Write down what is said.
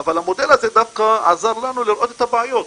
אבל המודל הזה דווקא עזר לנו לראות את הבעיות.